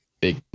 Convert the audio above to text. big